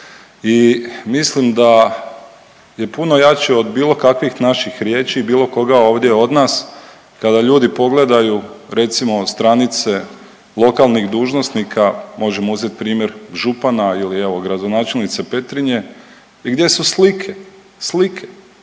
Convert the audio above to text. I mislim da je puno jače od bilo kakvih naših riječi i bilo koga ovdje od nas kada ljudi pogledaju recimo stranice lokalnih dužnosnika možemo uzeti primjer župana ili evo gradonačelnice Petrinje gdje su slike. Dakle,